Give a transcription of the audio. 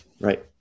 Right